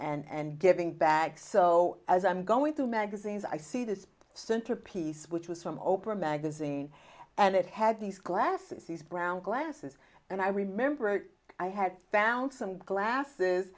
giving bags so as i'm going through magazines i see this centerpiece which was from oprah magazine and it had these glasses these brown glasses and i remember i had found some glasses